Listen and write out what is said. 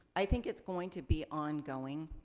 i think it's going to be ongoing.